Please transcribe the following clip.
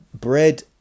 bread